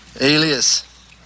Alias